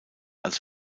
als